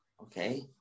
okay